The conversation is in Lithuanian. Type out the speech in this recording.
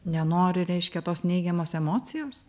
nenori reiškia tos neigiamos emocijos